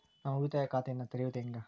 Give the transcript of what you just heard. ನಾನು ಉಳಿತಾಯ ಖಾತೆಯನ್ನ ತೆರೆಯೋದು ಹೆಂಗ?